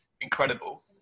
incredible